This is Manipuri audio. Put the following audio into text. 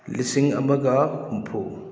ꯂꯤꯁꯤꯡ ꯑꯃꯒ ꯍꯨꯝꯐꯨ